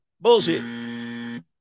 Bullshit